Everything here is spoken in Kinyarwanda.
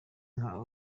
nka